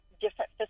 different